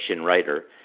writer